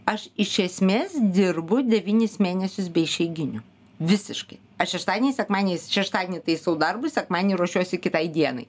aš iš esmės dirbu devynis mėnesius be išeiginių visiškai aš šeštadieniais sekmadieniais šeštadienį taisau darbus sekmadienį ruošiuosi kitai dienai